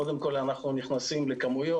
קודם כל אנחנו נכנסים לכמויות,